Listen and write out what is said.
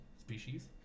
species